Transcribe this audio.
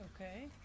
Okay